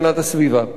אדוני היושב-ראש,